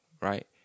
right